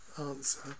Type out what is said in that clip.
answer